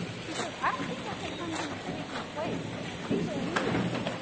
she says, i don't think ethnic cleansing is taking place. now, she's a leader,